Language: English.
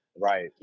right